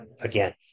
Again